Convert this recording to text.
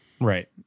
Right